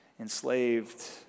enslaved